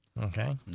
Okay